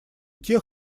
тех